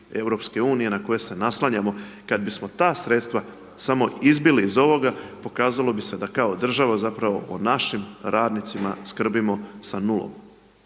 dolaze iz EU-a na koja se naslanjamo, kad bismo ta sredstva samo izbili iz ovoga, pokazalo bi se da kao država zapravo o našim radnicima skrbimo sa nulom.